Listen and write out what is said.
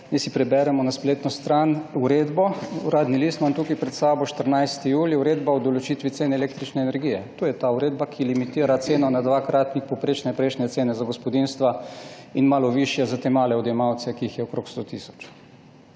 si preberemo na spletni stran uredbo, Uradni list imam tukaj pred sabo, 14. julij, Uredba o določitvi cen električne energije. To je ta uredba, ki limitira ceno na dvakratnik povprečne prejšnje cene za gospodinjstva in malo višje za te male odjemalce, ki jih je okrog sto tisoč.